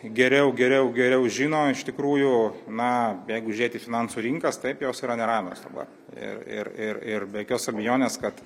geriau geriau geriau žino iš tikrųjų na jeigu žiūrėt į finansų rinkas taip jos yra neramios dabar ir ir ir ir be jokios abejonės kad